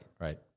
Right